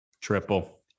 triple